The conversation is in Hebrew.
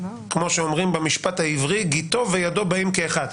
כמו שאומרים במשפט העברי: גיטו וידו באין כאחד.